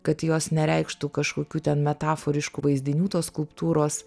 kad jos nereikštų kažkokių ten metaforiškų vaizdinių tos skulptūros